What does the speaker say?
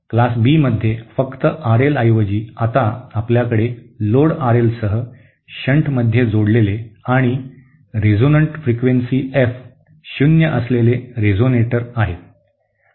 वर्ग बी मध्ये फक्त आरएलऐवजी आता आपल्याकडे लोड आरएलसह शंटमध्ये जोडलेले आणि रेझोनंट वारंवारता F शून्य असलेले रेझोनेटर आहे